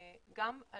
בעיקר בגז טבעי, וגם על